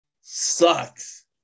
sucks